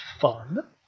fun